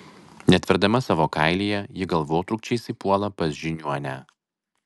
netverdama savo kailyje ji galvotrūkčiais įpuola pas žiniuonę